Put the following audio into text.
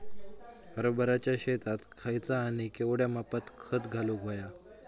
हरभराच्या शेतात खयचा आणि केवढया मापात खत घालुक व्हया?